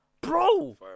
bro